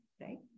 right